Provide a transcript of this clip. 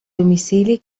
domicili